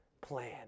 plan